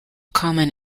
common